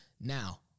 Now